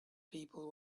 people